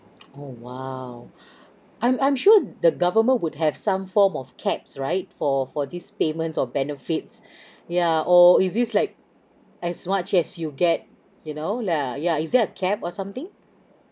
oh !wow! I'm I'm sure the government would have some form of caps right for for this payment or benefits yeah or is this like as much as you get you know lah yeah is there cap or something